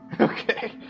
Okay